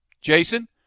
Jason